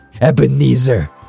Ebenezer